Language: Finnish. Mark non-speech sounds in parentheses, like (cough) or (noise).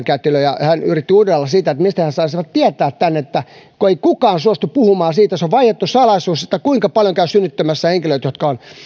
(unintelligible) kätilö ja toimittaja yritti udella sitä mistä he saisivat tietää tämän kun ei kukaan suostu puhumaan siitä se on vaiettu salaisuus kuinka paljon käy synnyttämässä henkilöitä jotka on